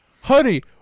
honey